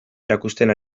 erakusten